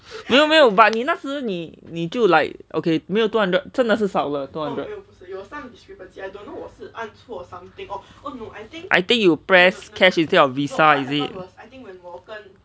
没有没 but 你那时你你就 like okay 没有 two hundred 真的是少了 two hundred I think I think you press cash instead of visa is it